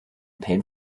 paid